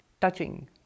touching